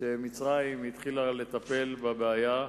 שמצרים התחילה לטפל בבעיה.